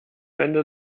ende